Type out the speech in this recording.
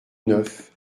neuf